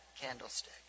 candlestick